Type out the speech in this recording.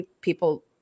people